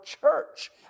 church